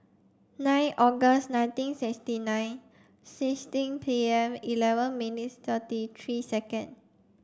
nine August nineteen sixty nine sixteen P M eleven minutes thirty three second